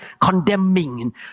condemning